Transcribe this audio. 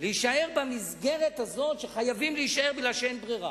להישאר במסגרת הזאת שחייבים להישאר מפני שאין ברירה.